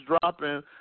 dropping